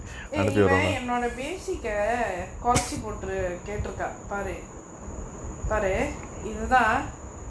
!hey! இவன் என்னோட:ivan ennoda basic ah குறைச்சு போட்டுரு கேட்ருக்கா பாரு பாரு இது தா:kuraichu poturu ketrukaa paaru paaru ithu thaa